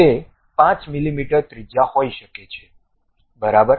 તે 5 મિલીમીટર ત્રિજ્યા હોઈ શકે છે બરાબર